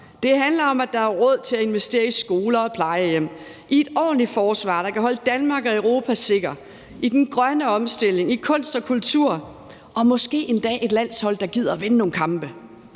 det handler om, at der er råd til at investere i skoler og plejehjem, i et ordentligt forsvar, der kan holde Danmark og Europa sikker, i den grønne omstilling, i kunst og kultur og måske endda i et landshold, der gider at vinde nogle kampe.